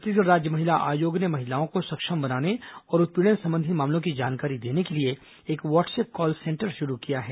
छत्तीसगढ़ राज्य महिला आयोग ने महिलाओं को सक्षम बनाने और उत्पीड़न संबंधी मामलों की जानकारी देने के लिए एक व्हाट्सअप कॉल सेंटर शुरू किया है